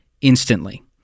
instantly